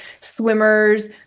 Swimmers